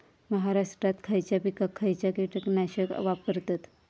महाराष्ट्रात खयच्या पिकाक खयचा कीटकनाशक वापरतत?